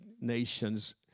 nations